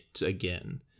again